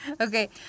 Okay